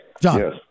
John